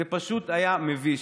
זה פשוט היה מביש.